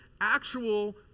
actual